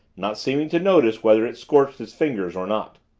not seeming to notice whether it scorched his fingers or not.